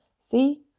see